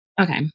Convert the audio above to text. Okay